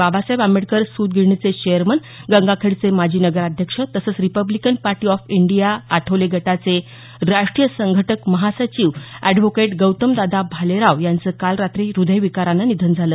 बाबासाहेब आंबेडकर सूतगिरणीचे चेअरमन गंगाखेडचे माजी नगराध्यक्ष तसंच Republican Party of India Athawale गटाचे राष्टीय संघटक महासचिव अॅडव्होकेट गौतमदादा भालेराव यांचं काल रात्री हृदयविकारानं निधन झालं